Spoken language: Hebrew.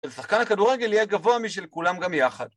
שחקן הכדורגל יהיה גבוה משל כולם גם יחד